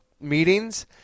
meetings